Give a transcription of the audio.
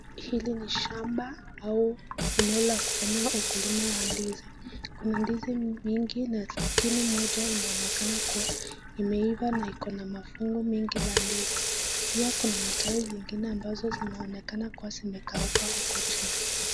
Hili ni shamba au eneo la kufanyia ukulima ya ndizi kuna ndizi mingi na lakini moja inaonekana kuwa imeiva na iko na mafungu mingi la ndizi, Pia kuna matawi zingine ambazo zinaonekana zimekauka huko chini.